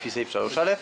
לפי סעיף 3א,